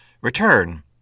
Return